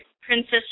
Princess